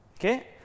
okay